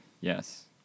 Yes